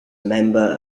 member